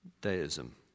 deism